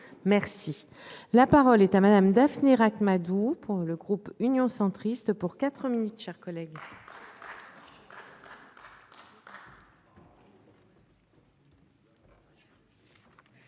merci, la parole est à madame daphné Ract-Madoux pour le groupe Union centriste pour 4 minutes, chers collègues.